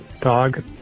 dog